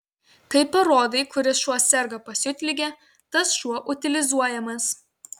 kai parodai kuris šuo serga pasiutlige tas šuo utilizuojamas